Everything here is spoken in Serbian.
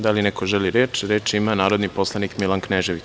Da li neko želi reč? (Da) Reč ima narodni poslanik Milan Knežević.